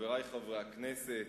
חברי חברי הכנסת,